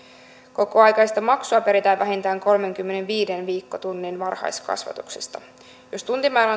kokoaikaista maksua peritään vähintään kolmenkymmenenviiden viikkotunnin varhaiskasvatuksesta jos tuntimäärä